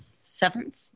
seventh